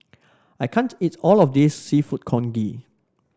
I can't eat all of this seafood Congee